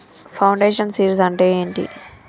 Foundation seeds అంటే ఏంటి?